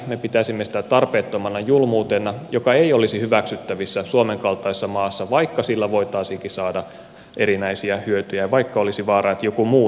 me pitäisimme sitä tarpeettomana julmuutena joka ei olisi hyväksyttävissä suomen kaltaisessa maassa vaikka sillä voitaisiinkin saada erinäisiä hyötyjä vaikka olisi vaara että joku muu tekisi samoin